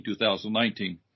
2019